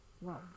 Wow